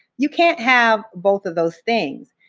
you can't have both of those things.